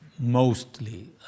mostly